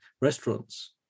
restaurants